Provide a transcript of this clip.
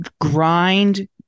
grind